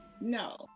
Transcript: No